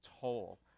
toll